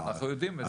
אנחנו יודעים את זה.